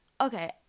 Okay